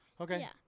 Okay